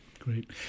Great